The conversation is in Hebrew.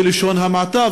בלשון המעטה,